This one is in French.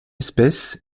espèce